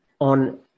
on